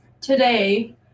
today